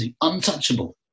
untouchable